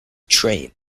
train